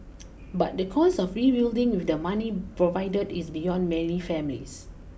but the cost of rebuilding with the money provided is beyond many families